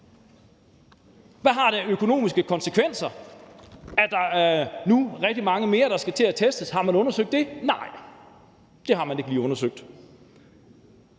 Hvad har det af økonomiske konsekvenser, at der nu er rigtig mange flere, der skal til at testes? Har man undersøgt det? Nej, det har man ikke lige undersøgt.